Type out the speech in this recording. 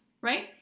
right